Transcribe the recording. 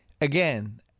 again